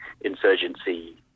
insurgency